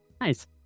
Nice